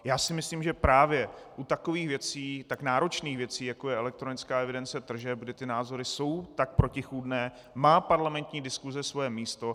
Já si myslím, že právě u takových věcí, tak náročných věcí, jako je elektronická evidence tržeb, kdy názory jsou tak protichůdné, má parlamentní diskuse svoje místo.